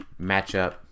matchup